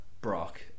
Brock